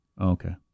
Okay